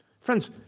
Friends